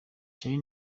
charly